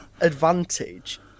advantage